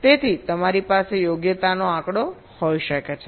તેથી તમારી પાસે યોગ્યતાનો આંકડો હોઈ શકે છે